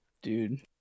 dude